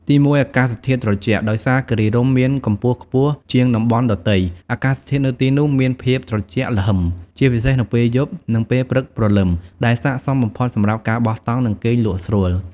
ទីមួយ អាកាសធាតុត្រជាក់ ដោយសារគិរីរម្យមានកម្ពស់ខ្ពស់ជាងតំបន់ដទៃ អាកាសធាតុនៅទីនោះមានភាពត្រជាក់ល្ហឹម ជាពិសេសនៅពេលយប់ និងពេលព្រឹកព្រលឹម ដែលស័ក្តិសមបំផុតសម្រាប់ការបោះតង់ និងគេងលក់ស្រួល។